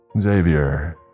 Xavier